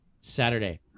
Saturday